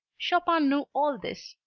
chopin knew all this,